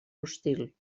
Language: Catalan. hostil